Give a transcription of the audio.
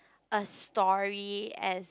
a story at